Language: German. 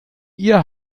ihr